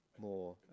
more